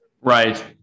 right